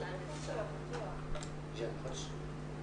קצרה של ההיערכות שלכם עכשיו בתקופת השבתת המערכת למענה לתלמידים,